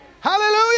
Hallelujah